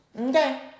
Okay